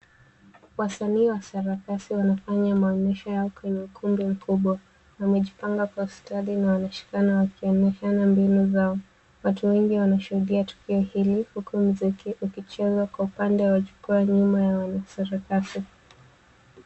Wasanii wa sarakasi wanafanya maonyesho yao kwenye ukumbi mkubwa. Wamejipanga kwa ustadi huku wakionyeshana mbinu zao. Watu wengi wanashuhudia tukio hili huku muziki ukichezwa Kwa upande wa jukwaa nyuma ya wanasarakasi.